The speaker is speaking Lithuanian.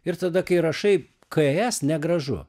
ir tada kai rašai k s negražu